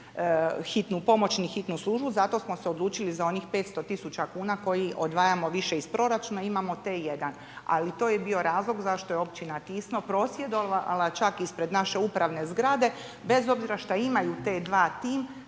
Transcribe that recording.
hitnu pomoć ni hitnu službu, zato smo se odlučili za onih 500 000 kn koje odvajamo više iz proračuna, imamo t1. Ali to je bio razlog zašto je općina Tisno prosvjedovala čak ispred naše upravne zgrade bez obzora što imaju t2 tim,